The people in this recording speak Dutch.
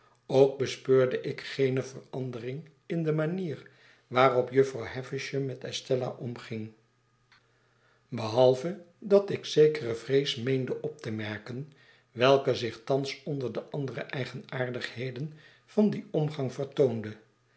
ook bespeurde ik geene verandering in de manier waarop jufvrouw havisham met estella omging behalve dat ik zekere vrees meende op te merken welke zich thans onder de andere eigenaardigheden van dien omgang vertoonde